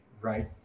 right